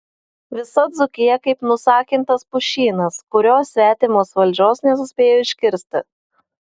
visa dzūkija kaip nusakintas pušynas kurio svetimos valdžios nesuspėjo iškirsti